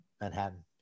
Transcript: Manhattan